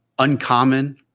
uncommon